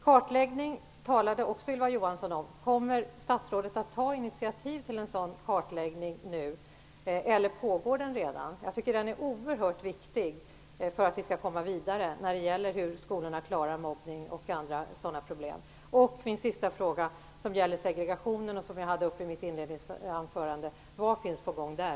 Kartläggning talade Ylva Johansson också om. Kommer statsrådet att ta initiativ till en kartläggning nu, eller pågår det en sådan redan? Jag tycker att detta är oerhört viktigt för att vi skall komma vidare när det gäller hur skolorna klarar mobbning och andra problem. Min sista fråga gäller segregationen som jag hade uppe i mitt huvudanförande. Vad är på gång där?